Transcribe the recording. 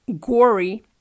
gory